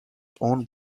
owned